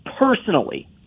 personally